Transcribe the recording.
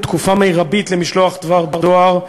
תקופה מרבית למשלוח דבר דואר),